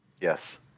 yes